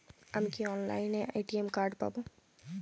আমি কি অনলাইনে এ.টি.এম কার্ড পাব?